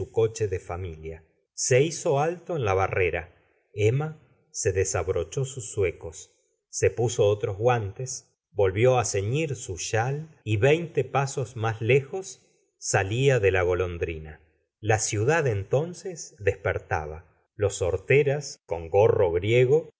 coche de familia se hizo alto en la barrera eqima se desabrochó sus zuecos se pu o otros gua ntes volvió á ceñir su chal y veinte pasos más lejos salia de cla golondrina la ciudad en ton ces despertaba los horteras con gorro griego